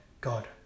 God